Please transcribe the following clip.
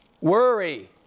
Worry